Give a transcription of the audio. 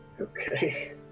okay